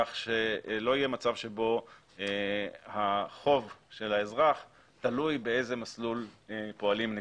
כך שלא יהיה מצב שבו החוב של האזרח תלוי באיזה מסלול פועלים נגדו.